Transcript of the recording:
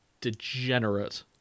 degenerate